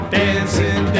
dancing